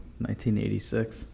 1986